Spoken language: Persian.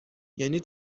یعنی